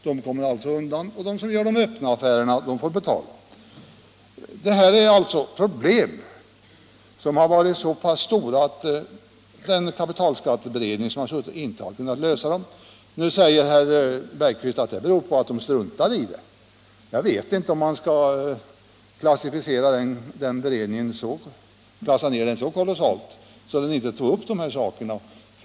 De kommer undan medan de som gör öppna affärer får betala. Dessa problem har alltså varit så pass stora att kapitalskatteberedningen inte kunnat lösa dem. Nu säger herr Bergqvist att det beror på att utredningen struntat i dem. Jag vet inte om man skall klassa ned be redningen så kolossalt att man säger, att den inte tog upp dessa frågor.